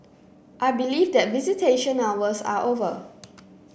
I believe that visitation hours are over